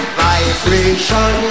vibration